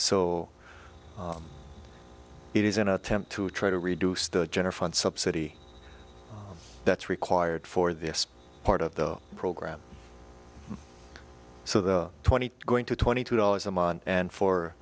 so it is an attempt to try to reduce the general fund subsidy that's required for this part of the program so the twenty going to twenty two dollars a month and for